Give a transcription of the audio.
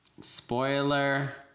spoiler